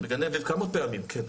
בגני אביב כמה פעמים כן.